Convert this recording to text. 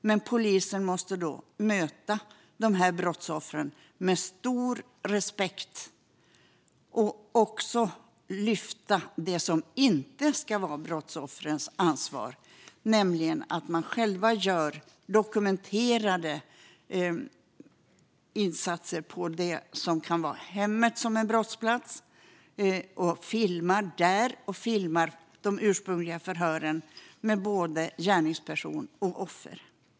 Men polisen måste möta de brottsoffren med stor respekt och lyfta det som inte ska vara brottsoffrens ansvar och själva göra dokumenterande insatser, till exempel när det gäller hemmet, som kan vara en brottsplats. Där kan man filma, och man kan filma de ursprungliga förhören med både gärningsperson och offer.